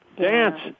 dance